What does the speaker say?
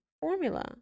formula